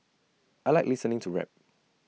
I Like listening to rap